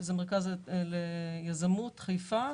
שזה מרכז ליזמות חיפה.